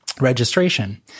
registration